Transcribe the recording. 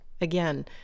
Again